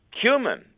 Cumin